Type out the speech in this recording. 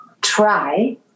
try